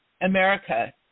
America